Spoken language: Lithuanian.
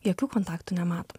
jokių kontaktų nemato